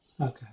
Okay